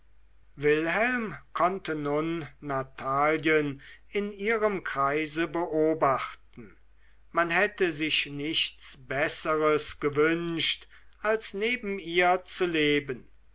wilhelm konnte nun natalien in ihrem kreise beobachten man hätte sich nichts besseres gewünscht als neben ihr zu leben